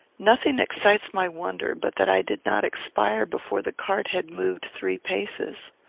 nothing excites my wonder but that i did not expire before the cart had moved three paces.